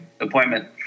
appointment